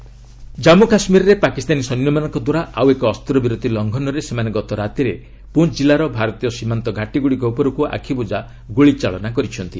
seize fire violation Jammu କାଶ୍ମୀରରେ ପାକିସ୍ତାନୀ ସୈନ୍ୟମାନଙ୍କଦ୍ୱାରା ଆଉ ଏକ ଅସ୍ତ୍ରବିରତି ଲଙ୍ଘନରେ ସେମାନେ ଗତରାତିରେ ପୁଞ୍ କିଲ୍ଲାର ଭାରତୀୟ ସୀମାନ୍ତ ଘାଟିଗୁଡ଼ିକ ଉପରକୁ ଆଖିବୁଜା ଗୁଳି ଚାଳନା କରିଛନ୍ତି